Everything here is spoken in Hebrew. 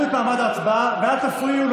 אנא תכבדו את מעמד ההצבעה ואל תפריעו,